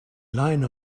line